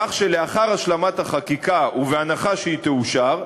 כך שלאחר השלמת החקיקה, ובהנחה שהיא תאושר,